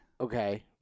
Okay